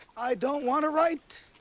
i don't want to write.